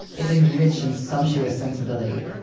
it's a rich and sumptuous sensibility,